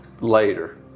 later